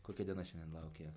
kokia diena šiandien laukia